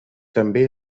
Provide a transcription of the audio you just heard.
també